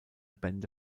bände